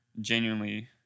genuinely